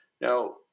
Now